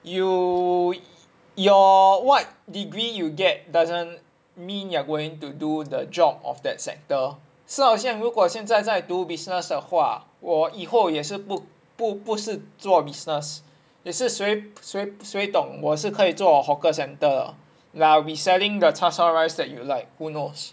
you your what degree you get doesn't mean you're going to do the job of that sector 是好像如果现在在读 business 的话我以后也是不不不是做 business 也谁谁谁懂我是可以做 hawker center 的 like I will be selling the 叉烧 rice that you like who knows